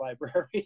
library